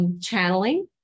Channeling